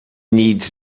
needs